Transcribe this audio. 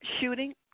shooting